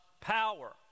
power